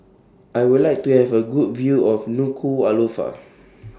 I Would like to Have A Good View of Nuku'Alofa